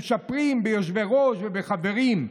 ומצ'פרים ביושבי-ראש ובחברים,